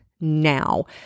now